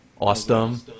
Awesome